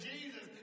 Jesus